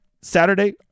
Saturday